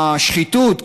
השחיתות,